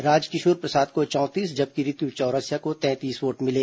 राजकिशोर प्रसाद को चौंतीस जबकि रितु चौरसिया को तैंतीस वोट मिले